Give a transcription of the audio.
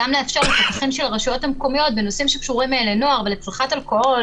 גם לאפשר לפקחים של רשויות המקומיות בנושאים שקשורים לנוער ולצריכת אלכוהול